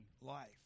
life